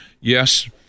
yes